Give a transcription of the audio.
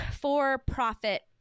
for-profit